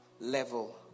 level